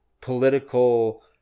political